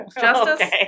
justice